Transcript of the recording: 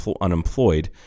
unemployed